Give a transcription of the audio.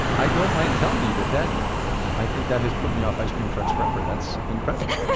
i don't mind telling you that that i think that has put me off ice cream trucks forever. that's incredible.